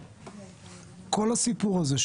כל הסיפור הזה,